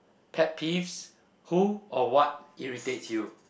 pet peeves who or what irritates you